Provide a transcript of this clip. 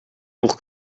pour